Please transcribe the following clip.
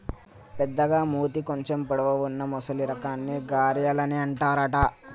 పెద్దగ మూతి కొంచెం పొడవు వున్నా మొసలి రకాన్ని గరియాల్ అని అంటారట